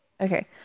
Okay